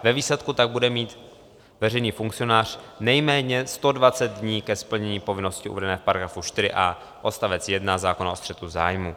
Ve výsledku tak bude mít veřejný funkcionář nejméně 120 dní ke splnění povinnosti uvedené v § 4a odst. 1 zákona o střetu zájmů.